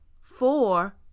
Four